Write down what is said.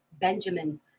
Benjamin